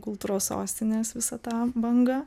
kultūros sostinės visą tą bangą